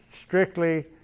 strictly